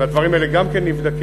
והדברים האלה גם כן נבדקים.